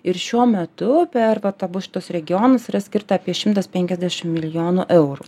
ir šiuo metu per vat abu šituos regionus yra skirta apie šimtas penkiasdešim milijonų eurų